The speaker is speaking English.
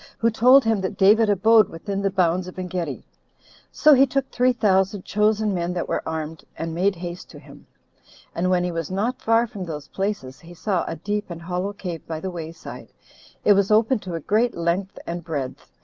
who told him that david abode within the bounds of engedi so he took three thousand chosen men that were armed, and made haste to him and when he was not far from those places, he saw a deep and hollow cave by the way-side it was open to a great length and breadth,